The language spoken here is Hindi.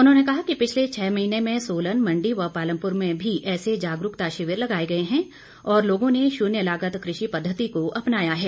उन्होंने कहा कि पिछले छः महीने में सोलन मण्डी व पालमपुर में भी ऐसे जागरूकता शिविर लगाए गए हैं और लोगों ने शून्य लागत कृषि पद्धति को अपनाया है